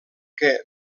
que